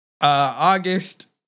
august